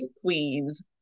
queens